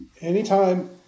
anytime